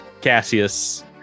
Cassius